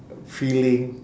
feeling